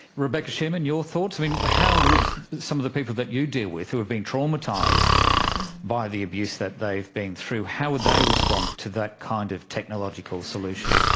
rebecca shearman, your thoughts? how would some of the people that you deal with who have been traumatised by the abuse that they've been through, how would they respond to that kind of technological solution.